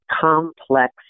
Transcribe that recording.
complex